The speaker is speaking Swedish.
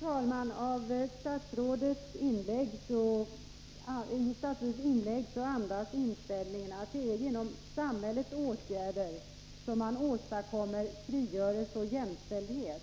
Fru talman! Statsrådets inlägg andas inställningen att det är genom samhällets åtgärder som man åstadkommer frigörelse och jämställdhet.